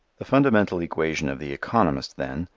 the fundamental equation of the economist, then,